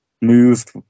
moved